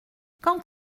quand